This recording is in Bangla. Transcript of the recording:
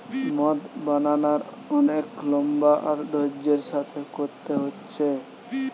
মদ বানানার অনেক লম্বা আর ধৈর্য্যের সাথে কোরতে হচ্ছে